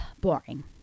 boring